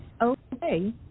okay